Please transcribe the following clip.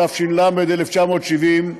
התש"ל 1970,